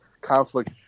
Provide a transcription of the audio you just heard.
conflict